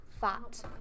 fat